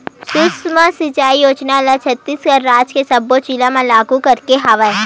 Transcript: सुक्ष्म सिचई योजना ल छत्तीसगढ़ राज के सब्बो जिला म लागू करे गे हवय